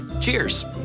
Cheers